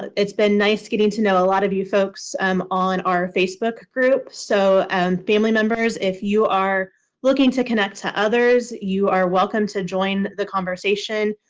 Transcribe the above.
it's been nice getting to know a lot of you folks on our facebook group. so family members, if you are looking to connect to others, you are welcome to join the conversation.